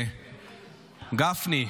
גפני.